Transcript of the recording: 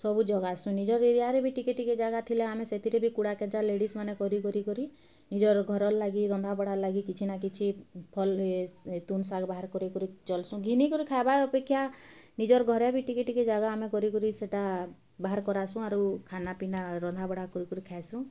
ସବୁ ଜଗାସୁଁ ନିଜର୍ ଏରିଆରେ ବି ଟିକେ ଟିକେ ଜାଗା ଥିଲେ ଆମେ ସେଥିରେ ବି କୁଡ଼ା କେଞ୍ଚା ଲେଡ଼ିସ୍ମାନେ କରି କରି କରି ନିଜର୍ ଘରର୍ ଲାଗି ରନ୍ଧା ବଢ଼ା ଲାଗି କିଛି ନା କିଛି ଫଲ୍ ତୁନ୍ ଶାଗ୍ ବାହାର କରି ଚଲ୍ସୁଁ ଘିନିକରି ଖାଇବାର୍ ଅପେକ୍ଷା ନିଜର୍ ଘରେ ବି ଟିକେ ଟିକେ ଜାଗା ଆମେ କରି କରି ସେଟା ବାହାର କରାସୁଁ ଆରୁ ଖାନା ପିନା ରନ୍ଧା ବଢ଼ା କରିକରି ଖାଇସୁଁ